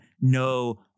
no